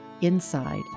inside